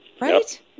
Right